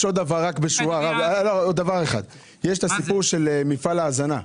יש עוד דבר אחד: יש את מפעל ההזנה.